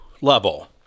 level